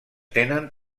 tenen